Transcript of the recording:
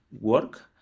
work